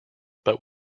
but